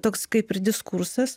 toks kaip ir diskursas